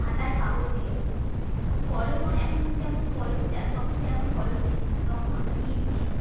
খাতার কাগজে এবং কলমও এখন যেমন কলম তখন তেমন কলম ছিলো না তখন নিব ছিলো